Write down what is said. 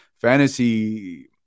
fantasy